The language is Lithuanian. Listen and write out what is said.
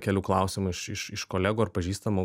kelių klausimų iš iš iš kolegų ar pažįstamų